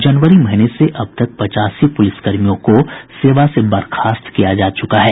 जनवरी महीने से अब तक पचासी पुलिसकर्मियों को सेवा से बर्खास्त किया जा चुका है